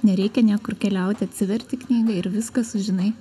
nereikia niekur keliauti atsiverti knygą ir viską sužinai